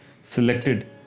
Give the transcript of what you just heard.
Selected